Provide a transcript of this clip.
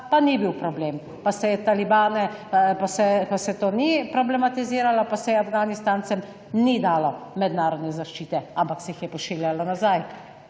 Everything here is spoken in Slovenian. pa ni bil problem, pa se je talibane, pa se, pa se to ni problematiziralo, pa se je Afganistancem ni dalo mednarodne zaščite, ampak se jih je pošiljalo nazaj.